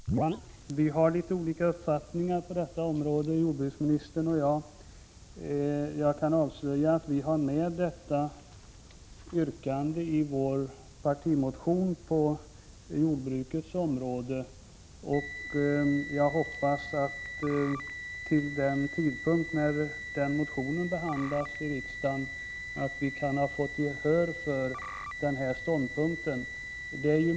Herr talman! Jordbruksministern och jag har litet olika uppfattningar på detta område. Jag kan avslöja att vi har med ett yrkande om en parlamentarisk kommitté i vår partimotion på jordbrukets område. Jag hoppas att vi när den motionen behandlas i riksdagen skall ha fått gehör för vår ståndpunkt.